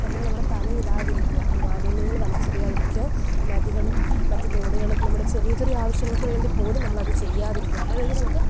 നമ്മളവിടെ തലയിടാതിരിക്കുക മാലിന്യങ്ങള് വലിച്ചെറിയാതിരിക്കുക നദികളും മറ്റു തോടുകളും നമ്മുടെ ചെറിയ ചെറിയ ആവശ്യങ്ങള്ക്കു വേണ്ടിപ്പോലും നമ്മളത് ചെയ്യാതിരിക്കുക അപ്പോഴത്തേക്കും നമുക്ക്